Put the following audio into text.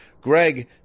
Greg